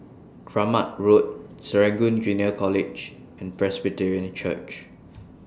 Kramat Road Serangoon Junior College and Presbyterian Church